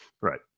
Right